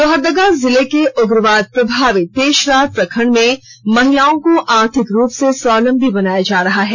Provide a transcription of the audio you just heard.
लोहरदगा जिला के उग्रवाद प्रभावित पेशरार प्रखंड में महिलाओं को आर्थिक रूप से स्वावलंबी बनाया जा रहा है